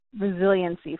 resiliency